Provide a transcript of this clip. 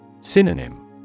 Synonym